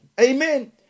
Amen